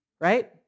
right